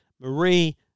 marie